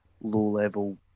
low-level